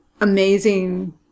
amazing